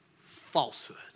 falsehood